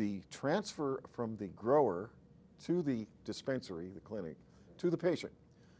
the transfer from the grower to the dispensary the clinic to the patient